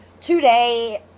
today